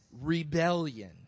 rebellion